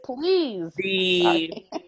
please